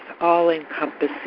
all-encompassing